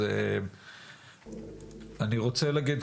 אז אני רוצה להגיד,